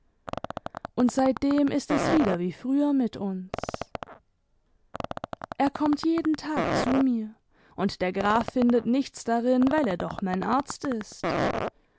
und seitdem ist es wieder wie früher mit ims er kommt jeden tag zu mir und der graf findet nichts darin weil er doch mein arzt ist